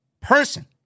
person